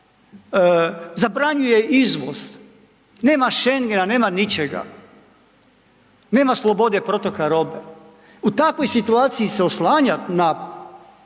zabranjuje izvoz, nema Šengena, nema ničega, nema slobode protoka robe. U takvoj situaciji se oslanjat na